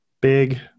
Big